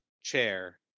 chair